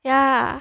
yeah